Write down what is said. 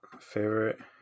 favorite